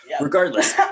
Regardless